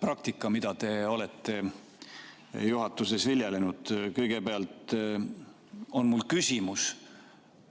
praktika, mida te olete juhatuses viljelenud. Kõigepealt on mul väga